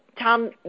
Tom